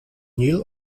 niel